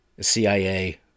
CIA